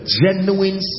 genuine